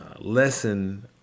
lesson